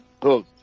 Good